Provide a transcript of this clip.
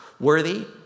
worthy